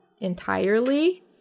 entirely